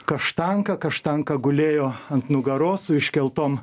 kaštanką kaštanka gulėjo ant nugaros su iškeltom